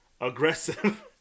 aggressive